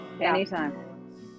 Anytime